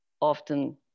often